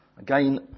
Again